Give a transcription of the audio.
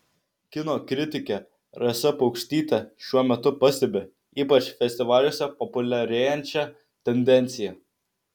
kino kritikė rasa paukštytė šiuo metu pastebi ypač festivaliuose populiarėjančią tendenciją